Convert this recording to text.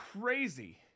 crazy